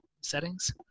settings